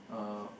uh